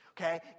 okay